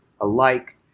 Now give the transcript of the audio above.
alike